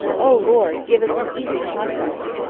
o lord, give us an easy conquest!